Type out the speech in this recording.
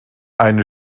eine